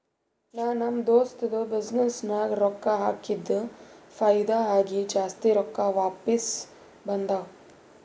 ನಾ ನಮ್ ದೋಸ್ತದು ಬಿಸಿನ್ನೆಸ್ ನಾಗ್ ರೊಕ್ಕಾ ಹಾಕಿದ್ದುಕ್ ಫೈದಾ ಆಗಿ ಜಾಸ್ತಿ ರೊಕ್ಕಾ ವಾಪಿಸ್ ಬಂದಾವ್